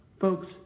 Folks